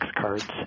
cards